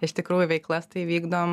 iš tikrųjų veiklas tai vykdom